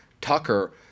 Tucker